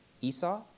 Esau